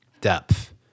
depth